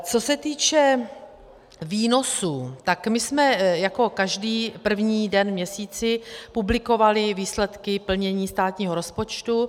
Co se týče výnosů, tak my jsme jako každý první den v měsíci publikovali výsledky plnění státního rozpočtu.